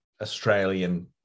Australian